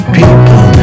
people